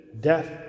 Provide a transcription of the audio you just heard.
death